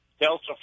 Delta